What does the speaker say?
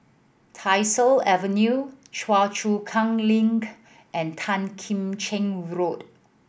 Tyersall Avenue Choa Chu Kang Link and Tan Kim Cheng Road